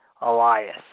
Elias